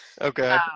Okay